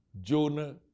Jonah